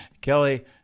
Kelly